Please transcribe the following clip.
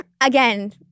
Again